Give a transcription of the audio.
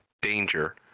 danger